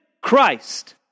Christ